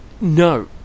No